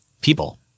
People